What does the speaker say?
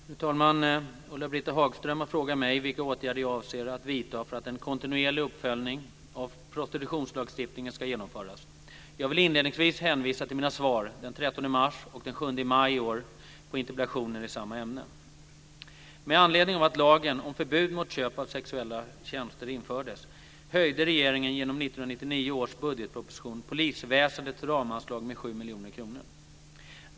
Fru talman! Ulla-Britt Hagström, kd, har frågat mig vilka åtgärder jag avser att vidta för att en kontinuerlig uppföljning av prostitutionslagstiftningen ska genomföras. Jag vill inledningsvis hänvisa till mina svar den Med anledning av att lagen om förbud mot köp av sexuella tjänster infördes, höjde regeringen genom 1999 års budgetproposition polisväsendets ramanslag med 7 miljoner kronor.